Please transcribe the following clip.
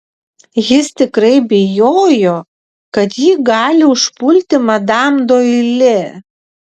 jis tikrai bijojo kad ji gali užpulti madam doili